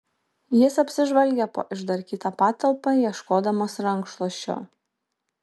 jis apsižvalgė po išdarkytą patalpą ieškodamas rankšluosčio